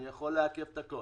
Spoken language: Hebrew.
אני יכול לעכב את הכול,